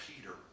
Peter